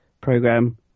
program